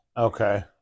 Okay